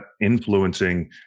influencing